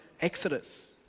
Exodus